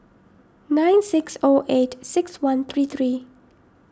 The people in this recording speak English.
nine six O eight six one three three